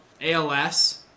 ALS